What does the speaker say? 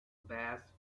bass